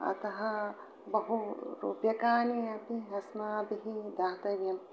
अतः बहुरूप्यकाणि अपि अस्माभिः दातव्यं